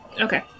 Okay